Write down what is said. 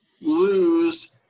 lose